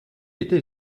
était